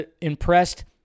impressed